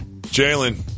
Jalen